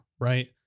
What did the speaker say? right